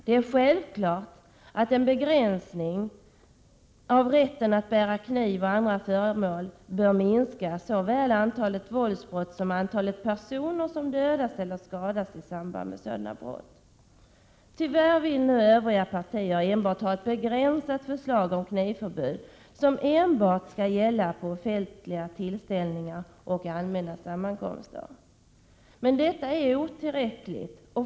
Det är självklart att en begränsning av rätten att bära kniv och andra farliga föremål bör minska såväl antalet våldsbrott som antalet personer som dödas eller skadas i samband med sådana brott. Tyvärr vill övriga partier endast ha förslag om ett begränsat knivförbud som enbart skall gälla på offentliga tillställningar och allmänna sammankomster. Detta är otillräckligt.